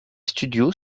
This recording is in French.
studios